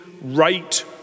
right